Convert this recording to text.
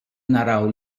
naraw